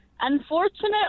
Unfortunately